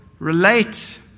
Relate